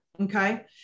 Okay